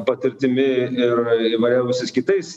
patirtimi ir įvariausiais kitais